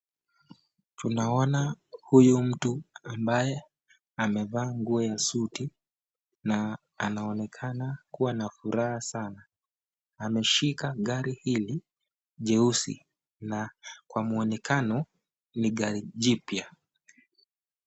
Tunaona huyu mtu ambaye amevaa nguo ya suti na anaonekana kuwa na furaha sana. Ameshika gari hili jeusi na kwa muonekano ni gari jipya.